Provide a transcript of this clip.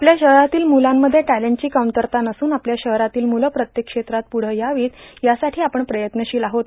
आपल्या शहरातील मुलांमध्ये टॅलटची कमतरता नसून आपल्या शहरातील मुलं प्रत्येक क्षेत्रात पुढं यावेत यासाठां आपण प्रयत्नशील आहोत